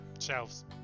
shelves